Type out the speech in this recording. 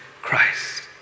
Christ